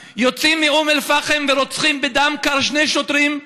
מאום-אלפחם ורוצחים בדם קר שני שוטרים,